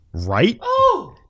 Right